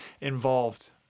involved